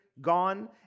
gone